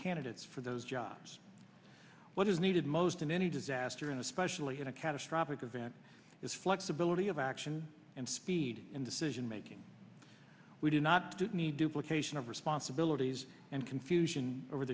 candidates for those jobs what is needed most in any disaster and especially in a catastrophic event is flexibility of action and speed in decision making we do not need duplications of responsibilities and confusion over